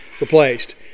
replaced